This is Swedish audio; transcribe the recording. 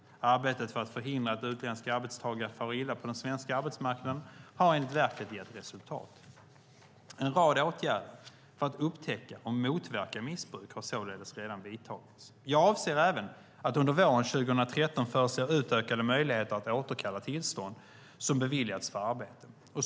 Arbetet för att förhindra att utländska arbetstagare far illa på den svenska arbetsmarknaden har enligt verket gett resultat. En rad åtgärder för att upptäcka och motverka missbruk har således redan vidtagits. Jag avser även att under våren 2013 föreslå utökade möjligheter att återkalla tillstånd som beviljats för arbete.